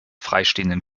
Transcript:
freistehenden